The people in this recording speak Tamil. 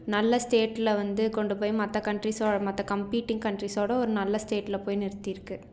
நல்ல ஸ்டேட்டில் வந்து கொண்டுப்போய் மற்ற கன்ட்ரிஸ் மற்ற கம்ப்பிட்டிங் கன்ட்ரிஸோட ஒரு நல்ல ஸ்டேட்டில் போய் நிறுத்தி இருக்கு